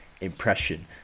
impression